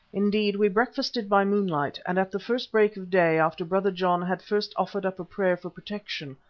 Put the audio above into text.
indeed, we breakfasted by moonlight, and at the first break of day, after brother john had first offered up a prayer for protection,